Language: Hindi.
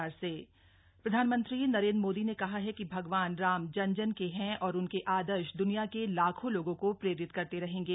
श्री राम मंदिर भूमि पूजन प्रधानमंत्री नरेन्द्र मोदी ने कहा है कि भगवान राम जन जन के हैं और उनके आदर्श द्वनिया के लाखों लोगों को प्रेरित करते रहेंगे